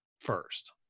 first